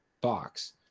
box